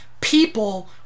people